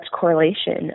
correlation